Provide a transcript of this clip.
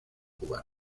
cubano